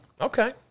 okay